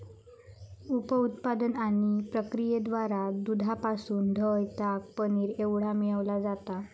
उप उत्पादन आणि प्रक्रियेद्वारा दुधापासून दह्य, ताक, पनीर एवढा मिळविला जाता